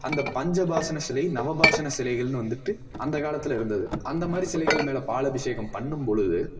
அந்த பஞ்ச பாஷன சிலை நவபாஷன சிலைகள்னு வந்துவிட்டு அந்த காலத்தில் இருந்தது அந்தமாதிரி சிலைகள் மேலே பால் அபிஷேகம் பண்ணும்பொழுது